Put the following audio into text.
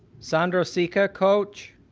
sandro seca, coach.